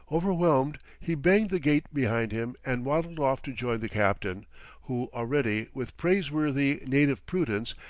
overwhelmed, he banged the gate behind him and waddled off to join the captain who already, with praiseworthy native prudence,